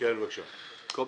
בבקשה קובי.